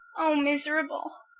o miserable,